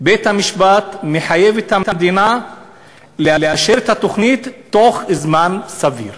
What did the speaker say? בית-משפט מחייב את המדינה לאשר את התוכנית בתוך זמן סביר.